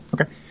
Okay